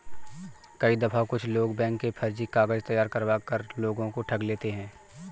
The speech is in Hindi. कई दफा कुछ लोग बैंक के फर्जी कागज तैयार करवा कर लोगों को ठग लेते हैं